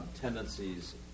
tendencies